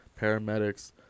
paramedics